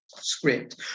Script